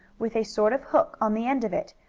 with a sort of hook on the end of it,